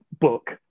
book